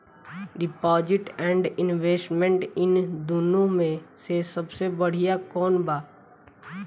Deposit and investment इन दुनो मे से सबसे बड़िया कौन बा?